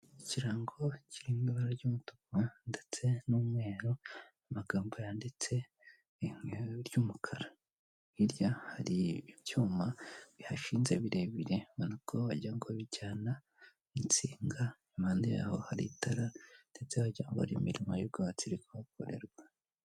Ikirango kiririmo ibara ry'umutuku ndetse n'umweru, amagambo yanditse mu ibara ry'umukara. Hirya hari ibyuma bihashinze birebire ubona ko wagira ngo bijyana insinga impande yaho hari itara, ndetse wajyira ngo hari imirimo y'urwatsi iri kuhakorerwa.